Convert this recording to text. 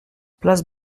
place